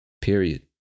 Period